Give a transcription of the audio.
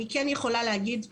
אני כן יכולה להגיד ולמסור,